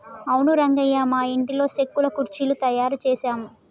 అవును రంగయ్య మా ఇంటిలో సెక్కల కుర్చీలు తయారు చేసాము